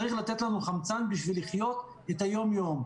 צריך לתת לנו חמצן בשביל לחיות את היומיום,